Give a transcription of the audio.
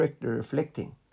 reflecting